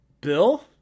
bill